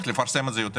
צריך לפרסם את זה יותר.